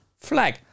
flag